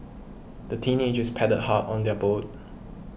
the teenagers paddled hard on their boat